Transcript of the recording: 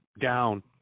down